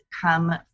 come